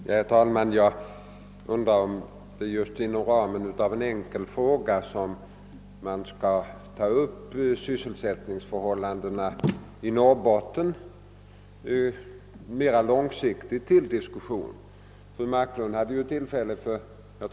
Herr talman! Jag undrar om sysselsättningsförhållandena i Norrbotten på lång sikt kan tas upp till diskussion inom ramen för en enkel fråga.